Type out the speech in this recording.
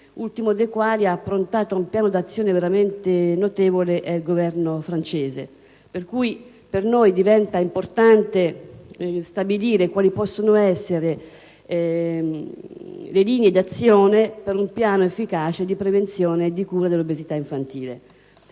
il cui Governo ha approntato un piano d'azione veramente notevole. Per noi diventa importante stabilire quali possono essere le linee d'azione per un piano efficace di prevenzione e di cura dell'obesità infantile.